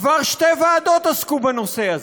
כבר שתי ועדות עסקו בנושא הזה,